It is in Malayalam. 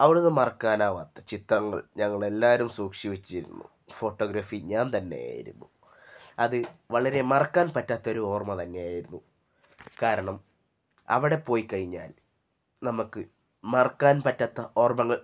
അവിടുന്ന് മറക്കാനാവാത്ത ചിത്രങ്ങൾ ഞങ്ങളെല്ലാരും സൂക്ഷിച്ച് വെച്ചിരുന്നു ഫോട്ടോഗ്രാഫി ഞാൻ തന്നെയായിരുന്നു അത് വളരെ മറക്കാൻ പറ്റാത്തൊരു ഓർമ്മ തന്നെയായിരുന്നു കാരണം അവിടെ പോയിക്കഴിഞ്ഞാൽ നമുക്ക് മറക്കാൻ പറ്റാത്ത ഓർമ്മകൾ